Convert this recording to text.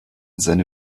seine